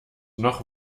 noch